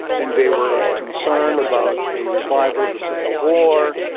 and they were concerned about a revival of the civil war.